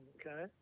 Okay